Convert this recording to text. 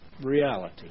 reality